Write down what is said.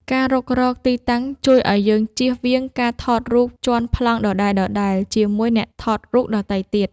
ការរុករកទីតាំងជួយឱ្យយើងជៀសវាងការថតរូបជាន់ប្លង់ដដែលៗជាមួយអ្នកថតរូបដទៃទៀត។